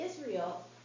Israel